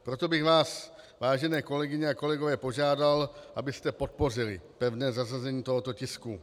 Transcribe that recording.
Proto bych vás, vážené kolegyně a kolegové, požádal, abyste podpořili pevné zařazení tohoto tisku.